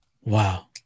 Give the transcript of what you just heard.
Wow